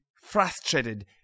frustrated